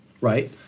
right